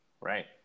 Right